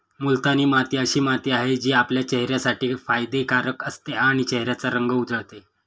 मुलतानी माती अशी माती आहे, जी आपल्या चेहऱ्यासाठी फायदे कारक असते आणि चेहऱ्याचा रंग उजळते